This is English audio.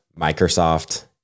microsoft